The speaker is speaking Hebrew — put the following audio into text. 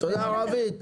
תודה רווית,